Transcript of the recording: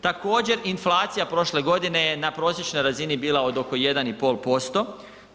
Također inflacija prošle godine je na prosječnoj razini bila od oko 1,5%